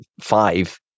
five